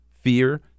fear